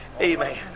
Amen